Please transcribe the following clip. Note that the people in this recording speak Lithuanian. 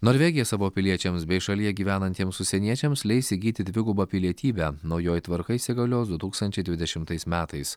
norvegija savo piliečiams bei šalyje gyvenantiems užsieniečiams leis įgyti dvigubą pilietybę naujoji tvarka įsigalios du tūkstančiai dvidešimtais metais